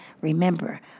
remember